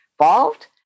involved